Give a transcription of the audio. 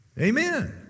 Amen